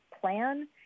plan